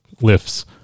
lifts